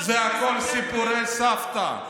זה חלק, ספטמבר.